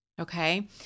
okay